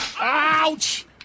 Ouch